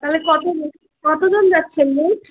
তাহলে কতজন কতজন যাচ্ছেন মোট